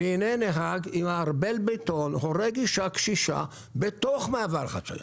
והנה נהג עם מערבל בטון הורג אישה קשישה בתוך מעבר חציה.